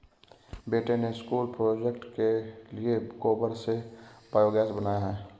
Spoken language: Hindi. बेटे ने स्कूल प्रोजेक्ट के लिए गोबर से बायोगैस बनाया है